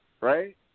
right